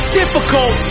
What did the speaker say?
difficult